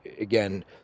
again